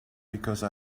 because